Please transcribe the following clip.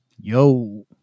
Yo